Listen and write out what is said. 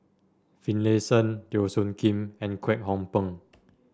Finlayson Teo Soon Kim and Kwek Hong Png